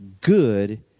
good